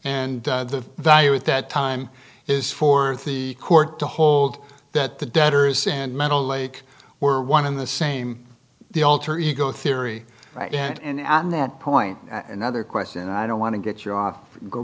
and the value at that time is fourth the court to hold that the debtors and mental lake were one in the same the alter ego theory and on that point another question i don't want to get you off go